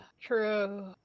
True